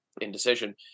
Indecision